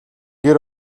гэр